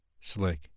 slick